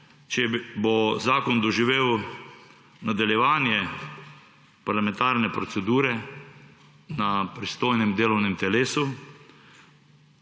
če bo zakon doživel nadaljevanje parlamentarne procedure na pristojnem delovnem telesu.